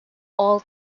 all